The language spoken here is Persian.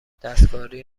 دستکاری